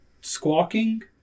squawking